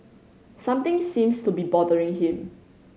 something seems to be bothering him